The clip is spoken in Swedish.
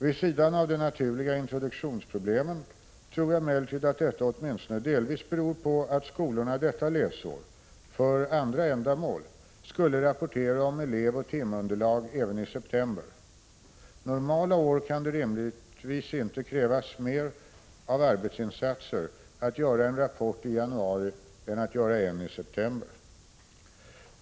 Vid sidan av de naturliga introduktionsproblemen tror jag emellertid att detta åtminstone delvis beror på att skolorna detta läsår — för andra ändamål — skulle rapportera om elevoch timunderlag även i september. ”Normala” år kan det rimligen inte kräva mer av arbetsinsatser att göra en rapport i januari än att göra en i september.